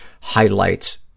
highlights